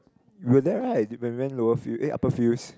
you were there right when we went lower field eh upper fields